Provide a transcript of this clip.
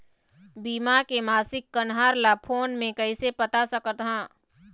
बीमा के मासिक कन्हार ला फ़ोन मे कइसे पता सकत ह?